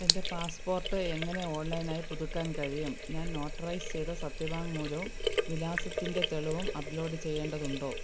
എൻ്റെ പാസ്പോർട്ട് എങ്ങനെ ഓൺലൈനായി പുതുക്കാൻ കഴിയും ഞാൻ നോട്ടറൈസ് ചെയ്ത സത്യവാങ്മൂലവും വിലാസത്തിൻ്റെ തെളിവും അപ്ലോഡ് ചെയ്യേണ്ടതുണ്ടോ